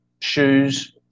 shoes